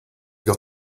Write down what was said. got